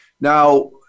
Now